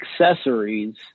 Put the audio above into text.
accessories